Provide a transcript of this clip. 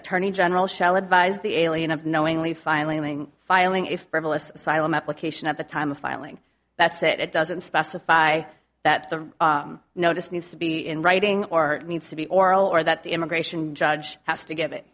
attorney general shall advise the alien of knowingly filing filing a frivolous asylum application at the time of filing that's it it doesn't specify that the notice needs to be in writing or needs to be oral or that the immigration judge has to give it